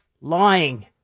Lying